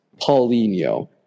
Paulinho